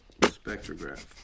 Spectrograph